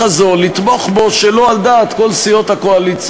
הזה או לתמוך בו שלא על דעת כל סיעות הקואליציה.